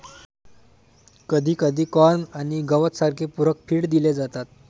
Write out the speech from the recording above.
कधीकधी कॉर्न आणि गवत सारखे पूरक फीड दिले जातात